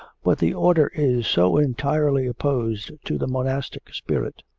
but the order is so entirely opposed to the monastic spirit.